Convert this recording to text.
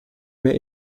mehr